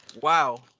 wow